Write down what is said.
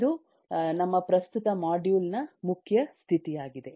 ಅದು ನಮ್ಮ ಪ್ರಸ್ತುತ ಮಾಡ್ಯೂಲ್ ನ ಮುಖ್ಯ ಸ್ಥಿತಿಯಾಗಿದೆ